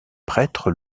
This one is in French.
prêtre